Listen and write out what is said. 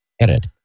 Edit